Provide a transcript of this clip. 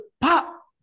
pop